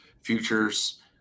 futures